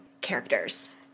characters